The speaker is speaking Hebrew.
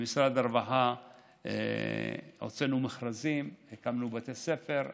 הוצאנו במשרד הרווחה מכרזים, הקמנו בתי ספר,